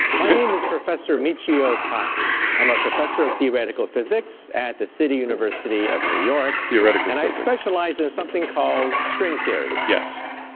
my name is professor michio kaku i'm a professor of theoretical physics at the city university of new york theoretically and i specialize in something called string theory yeah